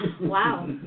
Wow